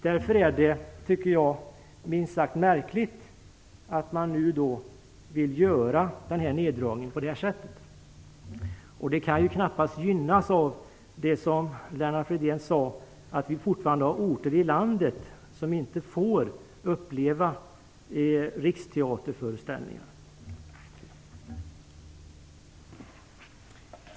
Det är därför minst sagt märkligt att man vill göra denna neddragning. Det kan ju knappast gynnas av det som Lennart Fridén sade, nämligen att det fortfarande finns orter i landet som inte får uppleva riksteaterföreställningar.